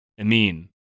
Amin